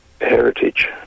heritage